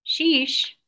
Sheesh